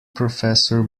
professor